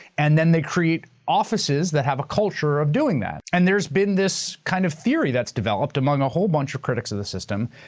and then they create offices that have a culture of doing that. and there's been this kind of theory that's developed, among a whole bunch of critics of the system,